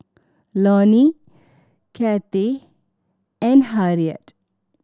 Lonie Kathie and Harriett